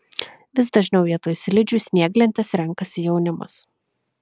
vis dažniau vietoj slidžių snieglentes renkasi jaunimas